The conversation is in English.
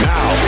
Now